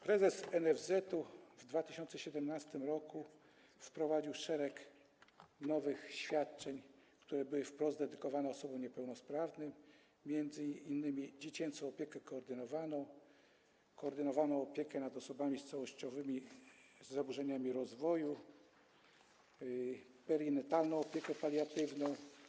Prezes NFZ-u w 2017 r. wprowadził szereg nowych świadczeń, które były wprost dedykowane osobom niepełnosprawnym, m.in. dziecięcą opiekę koordynowaną, koordynowaną opiekę nad osobami z całościowymi zaburzeniami rozwoju i perinatalną opiekę paliatywną.